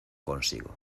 consigo